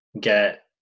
get